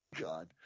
God